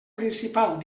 principal